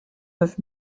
neuf